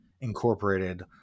incorporated